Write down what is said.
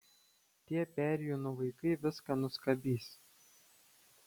tie perėjūnų vaikai viską nuskabys